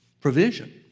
provision